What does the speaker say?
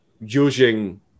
using